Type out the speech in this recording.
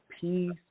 peace